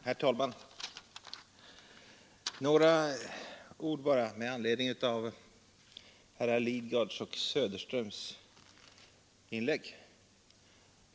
Herr talman! Några ord bara med anledning av herrar Lidgards och Söderströms inlägg.